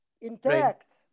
intact